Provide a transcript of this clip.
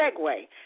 segue